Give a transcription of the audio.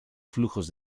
flujos